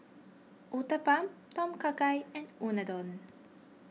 Uthapam Tom Kha Gai and Unadon